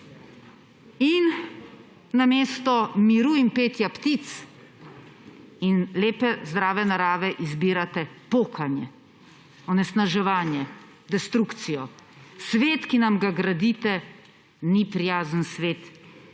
in namesto miru in petja ptic in lepe zdrave narave izbirate pokanje, onesnaževanje, destrukcijo. Svet, ki nam ga gradite, ni prijazen svet